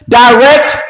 direct